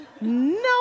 No